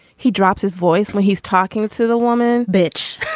he drops his voice when he's talking to the woman. bitch.